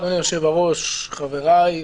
אדוני היושב-ראש וחבריי,